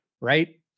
right